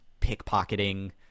pickpocketing